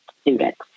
students